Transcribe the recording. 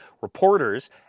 reporters